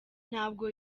ntabwo